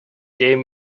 gave